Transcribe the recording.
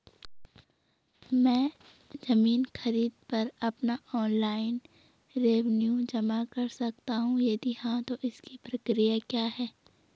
मैं ज़मीन खरीद पर अपना ऑनलाइन रेवन्यू जमा कर सकता हूँ यदि हाँ तो इसकी प्रक्रिया क्या है?